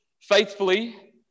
faithfully